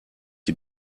die